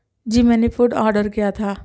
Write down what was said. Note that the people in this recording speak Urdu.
جی میں نے فوڈ آرڈر کیا تھا